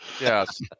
yes